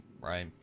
Right